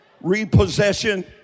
repossession